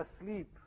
asleep